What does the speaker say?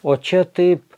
o čia taip